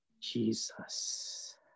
Jesus